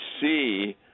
see